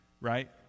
right